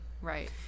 right